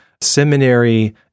seminary